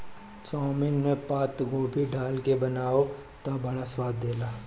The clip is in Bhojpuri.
चाउमिन में पातगोभी डाल के बनावअ तअ बड़ा स्वाद देला